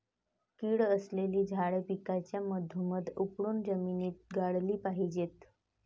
कीड असलेली झाडे पिकाच्या मधोमध उपटून जमिनीत गाडली पाहिजेत